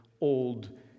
old